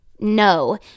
No